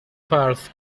فرض